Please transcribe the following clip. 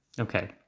Okay